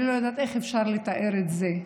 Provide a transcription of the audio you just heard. אני לא יודעת איך אפשר לתאר את זה.